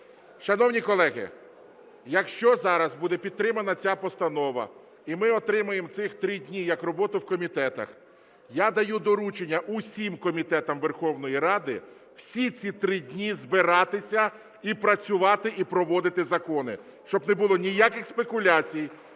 Шановні колеги, якщо зараз буде підтримана ця постанова і ми отримаємо цих три дні як роботу в комітетах, я даю доручення усім комітетам Верховної Ради всі ці три дні збиратися і працювати, і проводити закони, щоб не було ніяких спекуляцій.